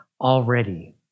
already